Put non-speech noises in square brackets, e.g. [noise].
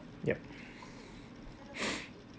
yup [noise]